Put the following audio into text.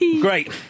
Great